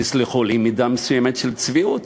תסלחו לי, מידה מסוימת של צביעות.